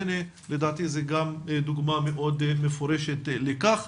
לדעתי זה גם דוגמא מאוד מפורשת לכך.